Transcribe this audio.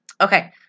Okay